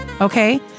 okay